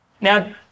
Now